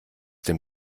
dem